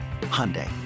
Hyundai